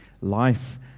life